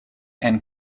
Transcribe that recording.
and